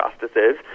justices